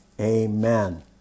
amen